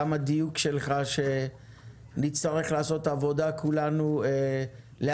גם על הדיון שלך שנצטרך לעשות עבודה כולנו להסיר